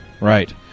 Right